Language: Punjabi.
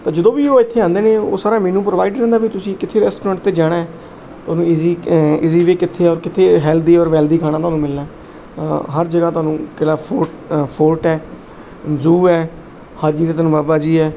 ਤਾਂ ਜਦੋਂ ਵੀ ਉਹ ਇੱਥੇ ਆਉਂਦੇ ਨੇ ਉਹ ਸਾਰਾ ਮੈਨੂੰ ਪ੍ਰੋਵਾਈਡ ਰਹਿੰਦਾ ਵੀ ਤੁਸੀਂ ਕਿੱਥੇ ਰੈਸਟੋਰੈਂਟ ਅਤੇ ਜਾਣਾ ਤੁਹਾਨੂੰ ਈਜ਼ੀ ਈਜ਼ੀ ਵੇ ਕਿੱਥੇ ਆ ਔਰ ਕਿੱਥੇ ਹੈਲਦੀ ਔਰ ਵੈਲਦੀ ਖਾਣਾ ਤੁਹਾਨੂੰ ਮਿਲਣਾ ਹਰ ਜਗ੍ਹਾ ਤੁਹਾਨੂੰ ਕਿਲ੍ਹਾ ਫੋਰ ਅ ਫੋਰਟ ਹੈ ਜੂ ਹੈ ਹਾਜੀ ਰਤਨ ਬਾਬਾ ਜੀ ਹੈ